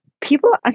people